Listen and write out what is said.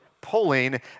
pulling